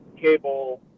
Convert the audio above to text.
cable